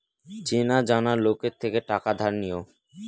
চেনা জানা লোকের থেকে টাকা ধার নিও